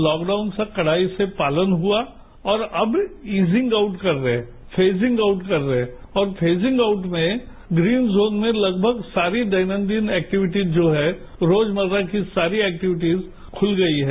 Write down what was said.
lockdown से कड़ाई से पालन हुआ और अब ईजिंग आउट कर रहे हैं फोजिंग आउट कर रहे हैं और फेजिंग आउट में ग्रीन जोन में लगभग सारी दैनन्दिन एक्टिविटीज जो हैं रोजमर्रा की सारी एक्टिविटीज खुल गई हैं